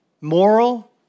moral